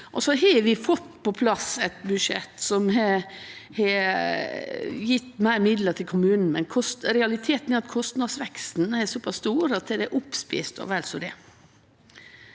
Vi har fått på plass eit budsjett som har gjeve meir midlar til kommunane, men realiteten er at kostnadsveksten er såpass stor at dette er ete